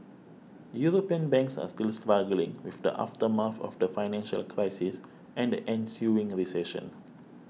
European banks are still struggling with the aftermath of the financial crisis and the ensuing recession